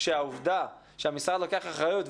שהעובדה שהמשרד לוקח אחריות,